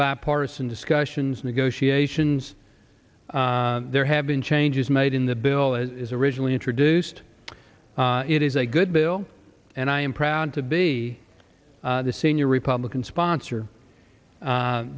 bipartisan discussions negotiations there have been changes made in the bill is originally introduced it is a good bill and i am proud to be the senior republican sponsor